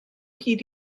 hyd